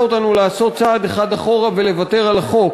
אותנו לעשות צעד אחד אחורה ולוותר על החוק,